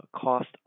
cost